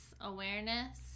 awareness